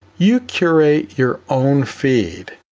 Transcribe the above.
you curate your own feed,